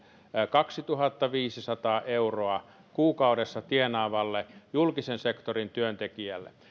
kaksituhattaviisisataa euroa kuukaudessa tienaavalle julkisen sektorin työntekijälle